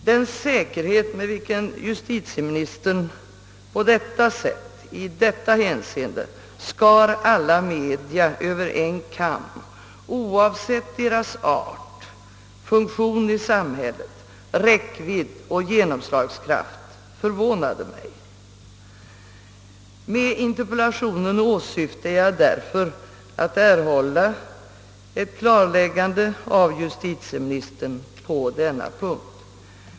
Den säkerhet med vilken justitieministern härigenom i detta hänseende skar alla media över en kam oavsett deras art, funktion i samhället samt räckvidd och genomslagskraft förvånade mig. Med interpellationen åsyftade jag därför att erhålla ett klarläggande av justieministern på denna punkt.